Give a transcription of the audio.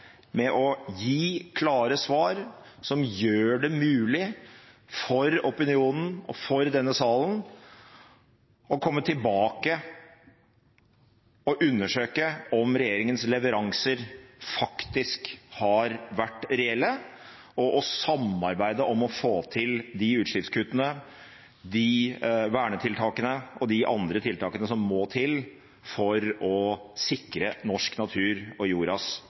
å gi klare svar som gjør det mulig for opinionen og for denne salen å komme tilbake og undersøke om regjeringens leveranser har vært reelle, og å samarbeide om å få til de utslippskuttene, de vernetiltakene og de andre tiltakene som må til for å sikre norsk natur og jordas